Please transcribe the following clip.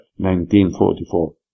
1944